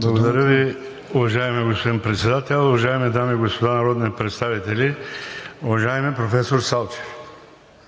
Благодаря Ви, уважаеми господин Председател. Уважаеми дами и господа народни представители! Уважаеми професор Салчев,